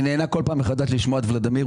שאני נהנה כל פעם מחדש לשמוע את ולדימיר,